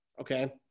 okay